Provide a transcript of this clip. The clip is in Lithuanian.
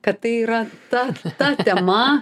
kad tai yra ta ta tema